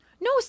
No